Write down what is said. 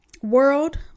world